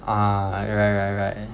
ah right right right